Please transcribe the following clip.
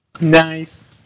Nice